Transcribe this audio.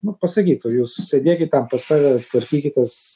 nu pasakytų jūs sėdėkit ten pas save tvarkykitės